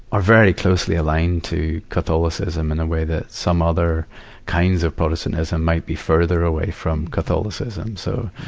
are very closely aligned to catholicism in a way that some other kinds of protestantism might be further away from catholicism. so,